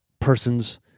person's